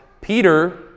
peter